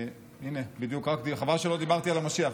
הינה, בדיוק דיברתי, חבל שלא דיברתי על המשיח.